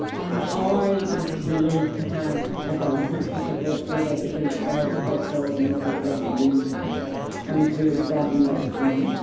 and i was relieved to have a diagnosis of ross river because ah i had self-diagnosed myself with rheumatoid and was really frightened that, you know,